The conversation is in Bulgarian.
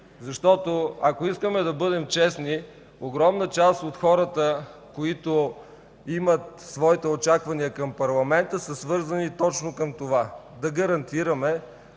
Защото ако искаме да бъдем честни, огромна част от хората, които имат своите очаквания към парламента, са свързани точно с това – да гарантираме,